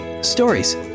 Stories